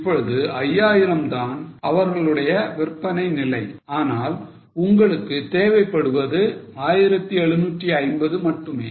இப்பொழுது 5000 தான் அவர்களுடைய விற்பனை நிலை ஆனால் உங்களுக்கு தேவைப்படுவது 1750 மட்டுமே